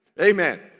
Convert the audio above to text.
Amen